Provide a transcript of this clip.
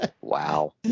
Wow